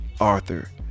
Arthur